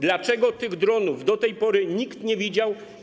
Dlaczego tych dronów do tej pory nikt nie widział?